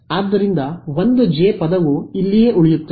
ಆದ್ದರಿಂದ ಒಂದು ಜೆ ಪದವು ಇಲ್ಲಿಯೇ ಉಳಿಯುತ್ತದೆ